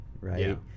right